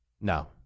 No